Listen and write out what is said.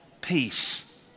Peace